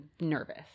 nervous